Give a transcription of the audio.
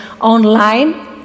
online